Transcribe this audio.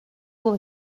will